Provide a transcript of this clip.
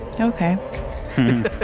okay